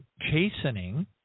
chastening